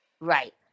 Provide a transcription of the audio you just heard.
Right